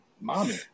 mommy